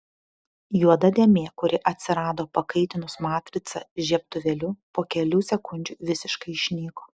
juoda dėmė kuri atsirado pakaitinus matricą žiebtuvėliu po kelių sekundžių visiškai išnyko